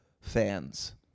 fans